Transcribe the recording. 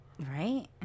Right